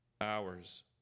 hours